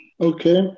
Okay